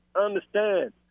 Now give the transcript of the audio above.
understand